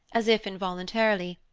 as if involuntarily,